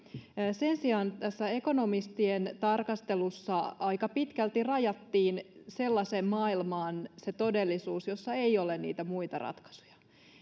sen sijaan ekonomistien tarkastelussa aika pitkälti rajattiin todellisuus sellaiseen maailmaan jossa ei ole niitä muita ratkaisuja